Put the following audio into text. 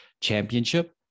Championship